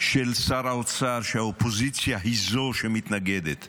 של שר האוצר שהאופוזיציה היא שמתנגדת.